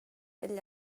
egl